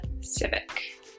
Civic